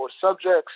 subjects